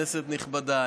כנסת נכבדה,